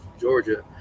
Georgia